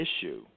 issue